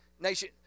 nation